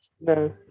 No